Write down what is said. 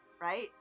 right